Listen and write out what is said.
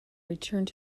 returned